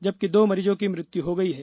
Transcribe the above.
जबकि दो मरीजों की मृत्यु हो गयी है